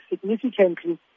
significantly